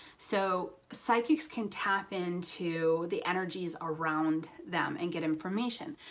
so, psychics can tap into the energies around them and get information.